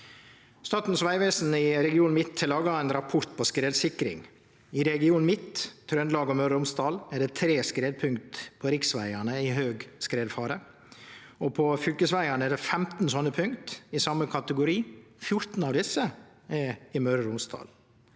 Statens vegvesen i Region midt har laga ein rapport om skredsikring. I Region midt, Trøndelag og Møre og Romsdal, er det tre skredpunkt der riksvegane har høg skredfare. På fylkesvegane er det 15 slike punkt i same kategori, og 14 av desse er i Møre og Romsdal.